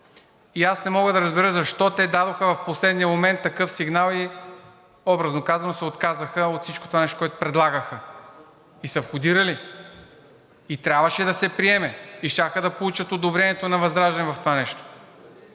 И аз не мога да разбера защо те дадоха в последния момент такъв сигнал и, образно казано, се отказаха от всичкото това нещо, което предлагаха, и са входирали, и трябваше да се приеме. И щяха да получат одобрението на ВЪЗРАЖДАНЕ в това нещо.